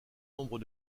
nombre